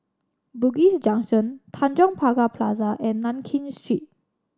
Bugis Junction Tanjong Pagar Plaza and Nankin Street